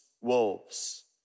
wolves